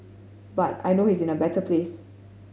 but I know he is in a better place